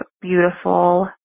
Beautiful